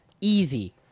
easy